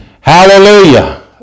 hallelujah